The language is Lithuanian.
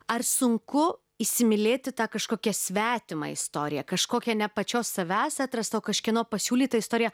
ar sunku įsimylėti tą kažkokią svetimą istoriją kažkokią ne pačios savęs atrastą o kažkieno pasiūlytą istoriją